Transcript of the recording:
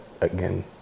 again